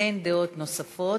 אין דעות נוספות,